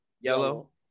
Yellow